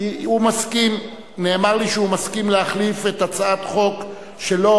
כי נאמר לי שהוא מסכים להחליף את הצעת החוק שלו,